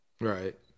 Right